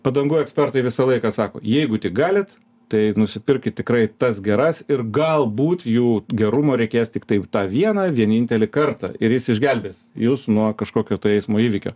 padangų ekspertai visą laiką sako jeigu tik galit tai nusipirkit tikrai tas geras ir galbūt jų gerumo reikės tiktai tą vieną vienintelį kartą ir jis išgelbės jus nuo kažkokio tai eismo įvykio